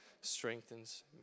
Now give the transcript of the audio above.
strengthens